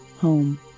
home